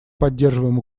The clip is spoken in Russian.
поддерживаем